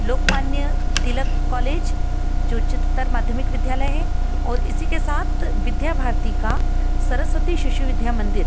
Lokmanya Tilak college जो उच्चतर माध्यमिक विद्यालय है ओर इसी के साथ विद्या भारती का सरस्वती शिशु विद्या मंदिर